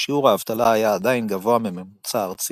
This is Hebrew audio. שיעור האבטלה היה עדיין גבוה מהממוצע הארצי